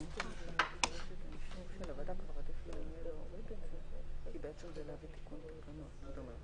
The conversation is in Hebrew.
לוועדה כבר עדיף --- אה,